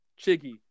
chiggy